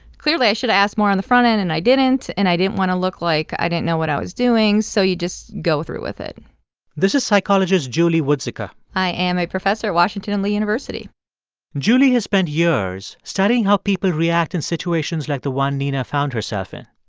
clearly, i should've asked more on the front end and i didn't and i didn't want to look like i didn't know what i was doing, so you just go through with it this is psychologist julie woodzicka i am a professor at washington and lee university julie has spent years studying how people react in situations situations like the one nina found herself in.